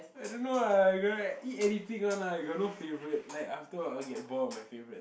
I don't know ah I could eat anything one lah I got no favorite like after a while I will get bored of my favorite